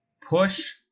push